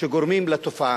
שגורמות לתופעה.